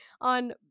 on